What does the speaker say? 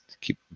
keep